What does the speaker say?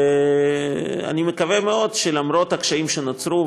אני מקווה מאוד שלמרות הקשיים שנוצרו,